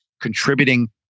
contributing